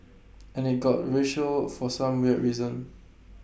and IT got racial for some weird reason